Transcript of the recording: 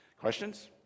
Questions